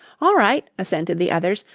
all right, assented the others.